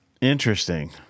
Interesting